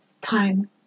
time